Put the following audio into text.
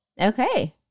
Okay